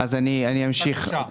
בבקשה.